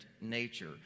nature